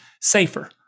safer